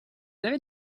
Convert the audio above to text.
avez